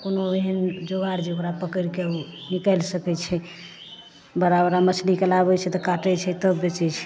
कोनो एहन जोगार जे ओकरा पकड़िके ओ निकालि सकैत छै बड़ा बड़ा मछलीके लाबैत छै तऽ काटैत छै तब बेचैत छै